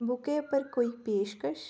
बुक्कें उप्पर कोई पेशकश